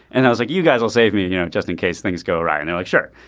and i was like you guys will save me you know just in case things go right now. like sure.